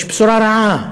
יש בשורה רעה,